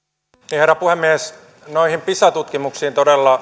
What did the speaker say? herra puhemies noihin pisa tutkimuksen